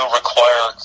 require